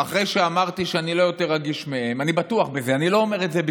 הרוטציה של גנץ לעולם לא תגיע, וגבי אשכנזי,